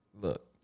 Look